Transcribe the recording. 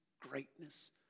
greatness